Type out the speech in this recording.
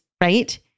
right